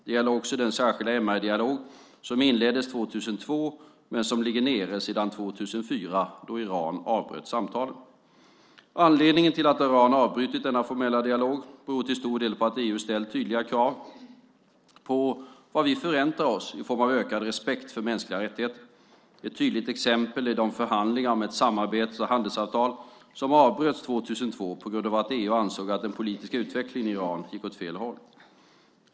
Det gäller också den särskilda MR-dialog som inleddes 2002 men som ligger nere sedan 2004 då Iran avbröt samtalen. Anledningen till att Iran avbrutit denna formella dialog beror till stor del på att EU ställt tydliga krav på vad vi förväntar oss i form av ökad respekt för mänskliga rättigheter. Ett tydligt exempel är de förhandlingar om ett samarbets och handelsavtal som avbröts 2002 på grund av att EU ansåg att den politiska utvecklingen i Iran gick åt fel håll.